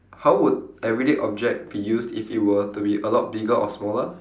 how would everyday object be used if it were to be a lot bigger or smaller